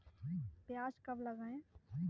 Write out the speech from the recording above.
प्याज कब लगाएँ?